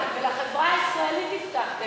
לבוחרים שלכם הבטחתם ולחברה הישראלית הבטחתם.